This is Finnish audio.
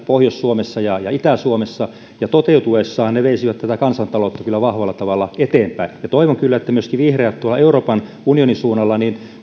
pohjois suomessa ja ja itä suomessa ja toteutuessaan ne veisivät tätä kansantaloutta kyllä vahvalla tavalla eteenpäin toivon kyllä että myöskin vihreät tuolla euroopan unionin suunnalla